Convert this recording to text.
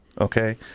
Okay